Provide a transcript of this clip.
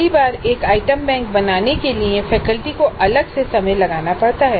पहली बार एक आइटम बैंक बनाने के लिए फैकल्टी को अलग से समय लगाना पड़ता है